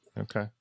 Okay